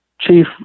chief